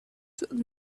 than